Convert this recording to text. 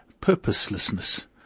purposelessness